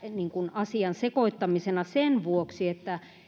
asian sekoittamisena sen vuoksi että